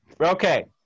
Okay